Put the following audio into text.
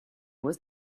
was